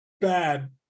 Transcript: bad